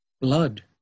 Blood